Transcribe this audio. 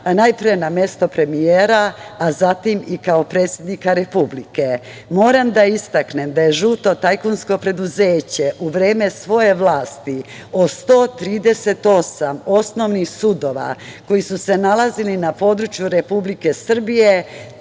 najpre na mesto premijera a zatim i kao predsednika Republike. Moram da istaknem da je žuto tajkunsko preduzeće u vreme svoje vlasti od 138 osnovnih sudova, koji su se nalazili na području Republike Srbije,